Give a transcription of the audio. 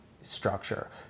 Structure